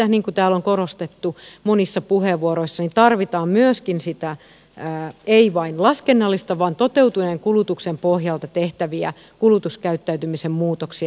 niin kuin täällä on korostettu monissa puheenvuoroissa tarvitaan myöskin niitä ei vain laskennallisia vaan toteutuneen kulutuksen pohjalta tehtäviä kulutuskäyttäytymisen muutoksia